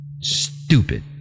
stupid